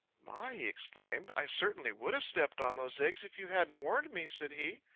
my! he exclaimed. i certainly would have stepped on those eggs if you hadn't warned me, said he.